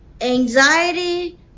anxiety